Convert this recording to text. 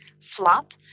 flop